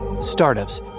Startups